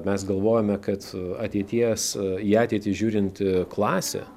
mes galvojome kad ateities į ateitį žiūrinti klasė